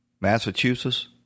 Massachusetts